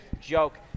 joke